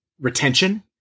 retention